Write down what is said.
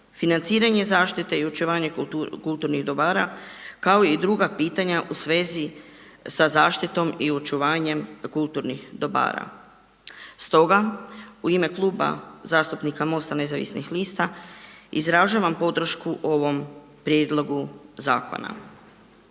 financiranje zaštite i očuvanje kulturnih dobara kao i druga pitanja u svezi sa zaštitom i očuvanjem kulturnih dobara. Stoga, u ime Kluba zastupnika MOST-a Nezavisnih lista izražavam podršku ovom prijedlogu zakona.